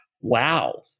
wow